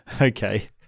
Okay